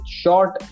short